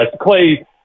Clay